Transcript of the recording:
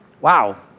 Wow